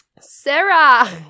Sarah